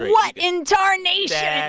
what in tarnation? yeah